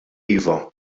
iva